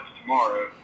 tomorrow